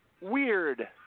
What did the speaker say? weird